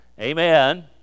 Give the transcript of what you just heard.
amen